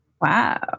Wow